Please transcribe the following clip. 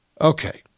Okay